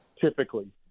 typically